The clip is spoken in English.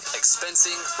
expensing